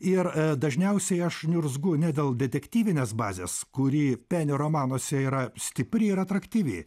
ir dažniausiai aš niurzgu ne dėl detektyvinės bazės kuri peni romanuose yra stipri ir atraktyvi